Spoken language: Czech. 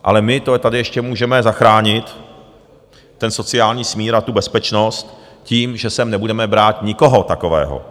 Ale my tady ještě můžeme zachránit ten sociální smír a tu bezpečnost tím, že sem nebudeme brát nikoho takového.